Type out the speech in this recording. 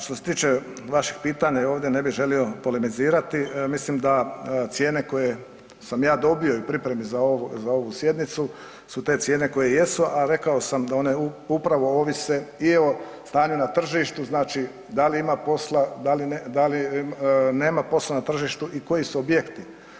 Što se tiče vašeg pitanja ovdje ne bih želio polemizirati, mislim da cijene koje sam ja dobio i u pripremi za ovu sjednicu su te cijene koje jesu, a rekao sam da one upravo ovise i o stanju na tržištu, znači da li ima posla, da nema posla na tržištu i koji su objekti.